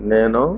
నేను